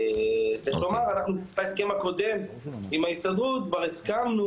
צריך לומר שבהסכם הקודם עם ההסתדרות אנחנו כבר הסכמנו